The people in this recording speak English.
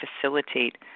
facilitate